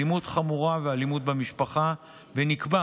אלימות חמורה ואלימות במשפחה, ונקבע